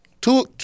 Two